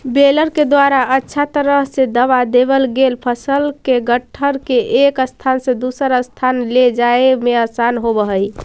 baler के द्वारा अच्छा तरह से दबा देवल गेल फसल के गट्ठर के एक स्थान से दूसर स्थान ले जाए में आसान होवऽ हई